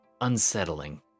unsettling